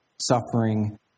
suffering